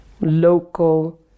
local